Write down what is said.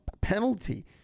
penalty